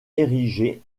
érigé